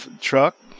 truck